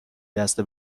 دست